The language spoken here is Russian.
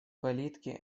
калитки